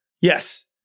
Yes